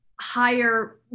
higher